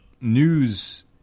news